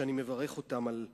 שאני מברך אותם על החלטתם.